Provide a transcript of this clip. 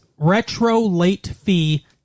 retrolatefee